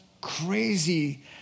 crazy